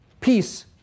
peace